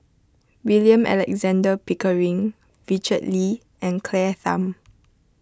William Alexander Pickering Richard Lee and Claire Tham